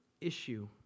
issue